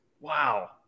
Wow